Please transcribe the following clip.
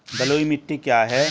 बलुई मिट्टी क्या है?